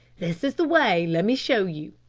this is the way, let me show you,